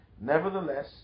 Nevertheless